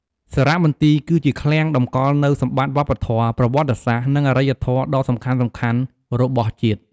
សារមន្ទីរគឺជា ឃ្លាំងតម្កល់នូវសម្បត្តិវប្បធម៌ ប្រវត្តិសាស្ត្រ និងអរិយធម៌ដ៏សំខាន់ៗរបស់ជាតិ។